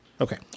Okay